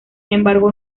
embargo